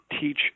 teach